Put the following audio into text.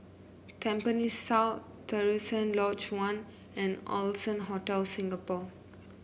Tampines South Terusan Lodge One and Allson Hotel Singapore